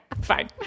fine